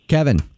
Kevin